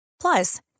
Plus